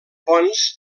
ponts